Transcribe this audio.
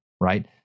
right